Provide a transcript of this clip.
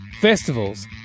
festivals